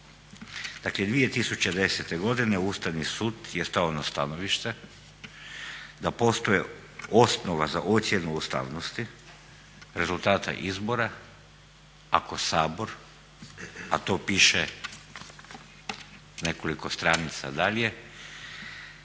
Dakle 2010.godine Ustavni sud je stao na stanovište da postoje osnova za ocjenu ustavnosti rezultata izbora, ako Sabor, a to piše nekoliko stranica dalje,